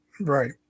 Right